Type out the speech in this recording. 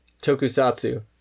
tokusatsu